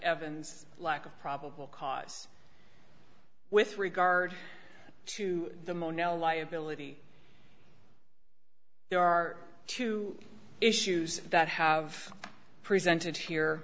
evans lack of probable cause with regard to the mono liability there are two issues that have presented here